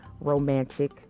romantic